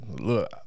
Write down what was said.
look